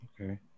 okay